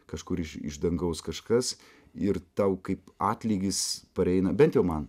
kažkur iš iš dangaus kažkas ir tau kaip atlygis pareina bent jau man